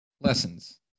lessons